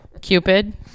Cupid